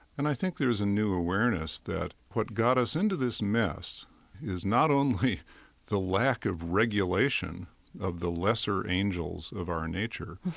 and i think there is a new awareness that what got us into this mess is not only the lack of regulation of the lesser angels of our nature,